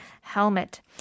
helmet